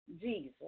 Jesus